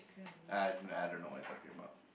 I I don't know what you're talking about